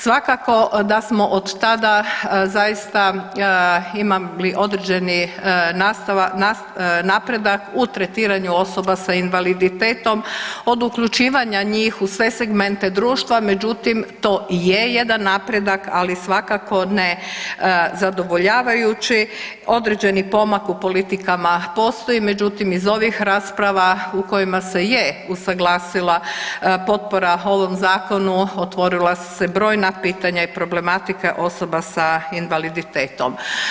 Svakako da smo od tada zaista imali određeni napredak u tretiranju osoba s invaliditetom od uključivanja njih u sve segmente društva, međutim to i je jedan napredak, ali svakako ne zadovoljavajući, određeni pomak u politikama postoji, međutim iz ovih rasprava u kojima se je usaglasila potpora ovom zakonu otvorila su se brojna pitanja i problematike osoba sa invaliditetom.